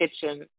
kitchen